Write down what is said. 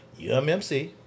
UMMC